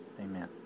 Amen